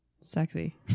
sexy